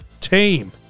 team